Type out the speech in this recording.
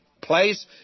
place